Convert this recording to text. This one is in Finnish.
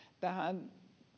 tähän